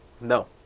No